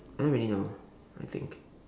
I don't really know I think